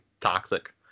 toxic